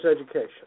education